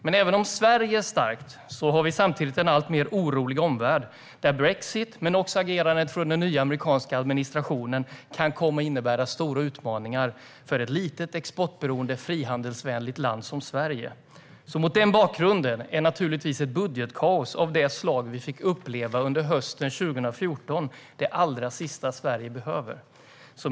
Men även om Sverige är starkt har vi samtidigt en alltmer orolig omvärld, där brexit men också agerandet från den nya amerikanska administrationen kan komma att innebära stora utmaningar för ett litet, exportberoende, frihandelsvänligt land som Sverige. Mot den bakgrunden är naturligtvis ett budgetkaos av det slag vi fick uppleva under hösten 2014 det allra sista Sverige behöver.